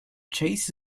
chase